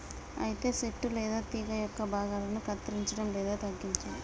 అయితే సెట్టు లేదా తీగ యొక్క భాగాలను కత్తిరంచడం లేదా తగ్గించడం